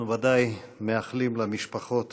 אנחנו ודאי מאחלים למשפחות